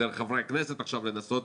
דרך חברי הכנסת לנסות